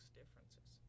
differences